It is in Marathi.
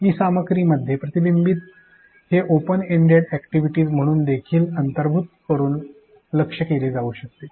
ई सामग्री मध्ये प्रतिबिंबीत हे ओपन एंडेड अॅक्टिव्हिटीस म्हणून देखील अंतर्भूत करून लक्ष्य केले जाऊ शकते